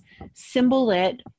Symbolit